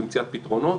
ומציאת פתרונות,